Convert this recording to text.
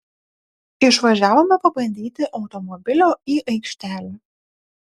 išvažiavome pabandyti automobilio į aikštelę